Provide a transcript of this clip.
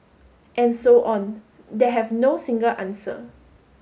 and so on that have no single answer